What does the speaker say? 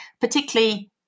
particularly